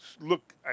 look